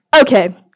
Okay